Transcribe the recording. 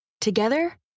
Together